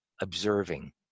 observing